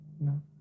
No